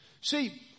See